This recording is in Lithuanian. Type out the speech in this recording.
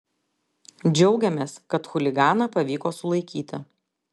džiaugiamės kad chuliganą pavyko sulaikyti